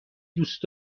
دوست